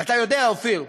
ואתה יודע, אופיר,